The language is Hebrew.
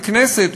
ככנסת,